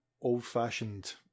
old-fashioned